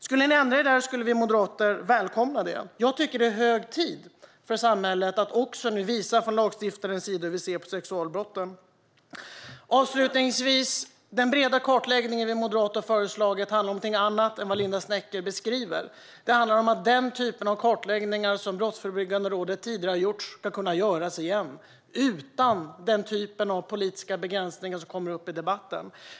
Skulle ni ändra er där, skulle vi moderater välkomna det. Jag tycker att det är hög tid att visa hur vi från lagstiftarens sida ser på sexualbrott. Avslutningsvis: Den breda kartläggning som vi moderater har föreslagit handlar om något annat än vad Linda Snecker beskriver. Det handlar om att den typ av kartläggning som Brottsförebyggande rådet tidigare har gjort ska kunna göras igen, utan den typ av politiska begränsningar som kommer upp i debatten.